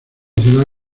ciudad